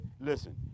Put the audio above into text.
listen